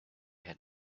had